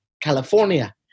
California